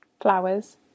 flowers